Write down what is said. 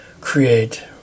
create